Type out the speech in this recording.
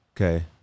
Okay